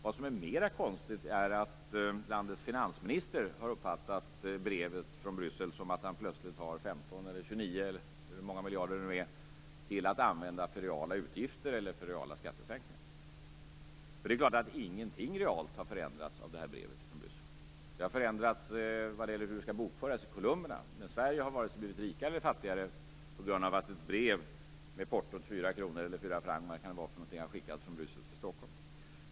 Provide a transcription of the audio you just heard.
Det är mera konstigt att landets finansminister har uppfattat brevet från Bryssel som att han plötsligt har 15 eller 29 miljarder - eller hur många det nu är - att använda för reala utgifter eller skattesänkningar. Det är klart att ingenting realt har förändrats av detta brev från Bryssel. Det har förändrats vad gäller hur detta skall bokföras i kolumnerna. Men Sverige har varken blivit rikare eller fattigare på grund av att ett brev med portot 4 kr eller 4 francs har skickats från Bryssel till Stockholm.